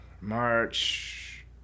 March